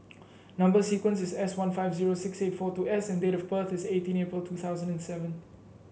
number sequence is S one five zero six eight four two S and date of birth is eighteen April two thousand and seven